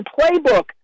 playbook